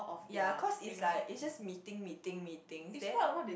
ya cause is like is just meeting meeting meeting then